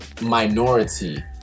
minority